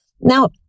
Now